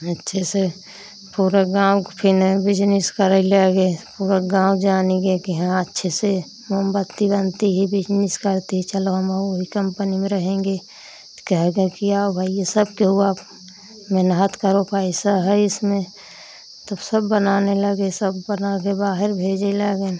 अच्छे से पूरा गाँव के फिर बिजनिस करने लगे पूरा गाँव जानेगा कि हाँ अच्छे से मोमबत्ती बनती है बिजनिस करती है चलो हमहू उही कम्पनी में रहेंगे तो कहेगा कि आओ भैया सब केहु आओ मेहनत करो पैसा है इसमें तब सब बनाने लगे सब बना के बाहर भेजने लागे